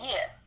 Yes